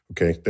Okay